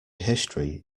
history